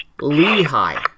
Lehigh